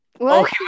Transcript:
okay